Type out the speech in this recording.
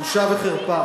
בושה וחרפה.